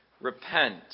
repent